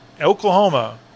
Oklahoma